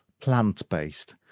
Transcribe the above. plant-based